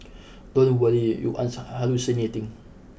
don't worry you aren't hallucinating